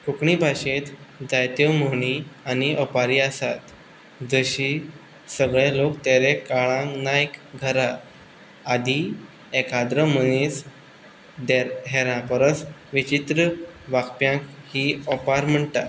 कोंकणी भाशेंत जायत्यो म्हणी आनी ओपारी आसात जशी सगळे लोक घरा आदी एकाद्रो मनीस हेरां परस विचित्र वाचप्यांक ही ओपार म्हणटात